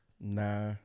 Nah